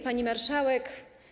Pani Marszałek!